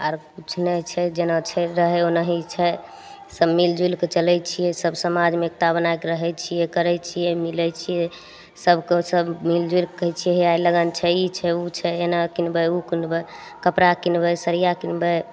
आर किछु नहि छै जेना छै रहय ओनाही छै सब मिल जुलि कऽ चलय छियै सब समाजमे एकता बना कऽ रहय छियै करय छियै मिलय छियै सबके सब मिल जुलि कऽ कहय छियै हे लगन छै ई छै उ छै एना किनबय उ किनबय कपड़ा किनबय सड़िया किनबय